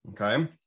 okay